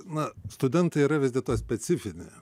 na studentai yra vis dėlto specifinė